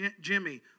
Jimmy